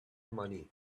money